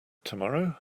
tomorrow